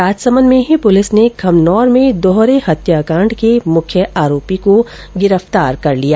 राजसमंद में ही पुलिस ने खमनोर में दोहरे हत्याकांड के मुख्य आरोपी को गिरफ्तार कर लिया